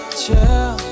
chill